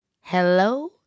Hello